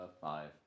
Five